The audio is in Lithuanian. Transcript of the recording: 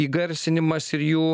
įgarsinimas ir jų